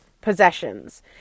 possessions